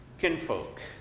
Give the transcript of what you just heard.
Kinfolk